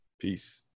Peace